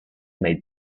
made